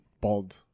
Bald